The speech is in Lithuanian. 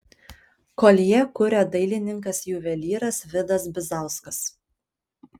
koljė kuria dailininkas juvelyras vidas bizauskas